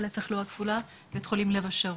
לתחלואה כפולה בבית חולים "לב השרון".